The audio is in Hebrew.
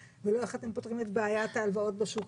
ולא איך אתם פותרים את בעיית ההלוואות בשוק